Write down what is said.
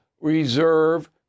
reserve